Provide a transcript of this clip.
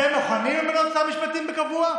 אתם מוכנים למנות שר משפטים קבוע?